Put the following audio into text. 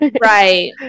right